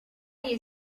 you